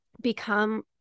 become